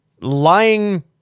lying